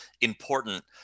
important